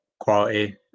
quality